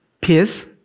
peace